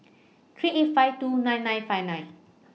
three eight five two nine nine five nine